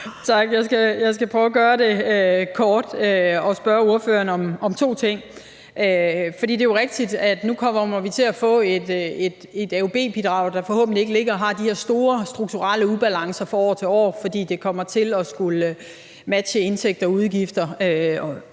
Tak. Jeg skal prøve at gøre det kort og spørge ordføreren om to ting. For det er jo rigtigt, at vi nu kommer til at få et AUB-bidrag, der forhåbentlig ikke har de her store strukturelle ubalancer fra år til år, fordi det kommer til at skulle matche indtægter og udgifter